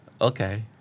Okay